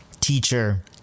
teacher